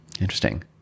Interesting